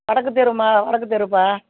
வடக்கு தெரும்மா வடக்கு தெருப்பா